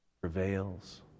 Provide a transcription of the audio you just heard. prevails